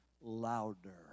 Louder